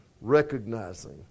Recognizing